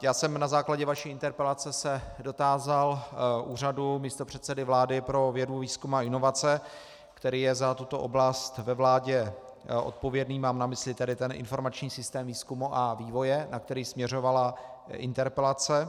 Já jsem se na základě vaší interpelace dotázal Úřadu místopředsedy vlády pro vědu, výzkum a inovace, který je za tuto oblast ve vládě odpovědný, mám na mysli tedy ten informační systém výzkumu a vývoje, na který směřovala interpelace.